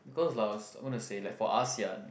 because like i was I want to say like for Asean